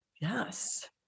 Yes